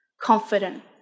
confident